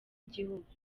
igihugu